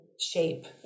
shape